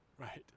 right